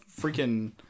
freaking –